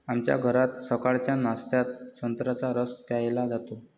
आमच्या घरात सकाळच्या नाश्त्यात संत्र्याचा रस प्यायला जातो